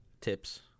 tips